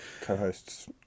co-hosts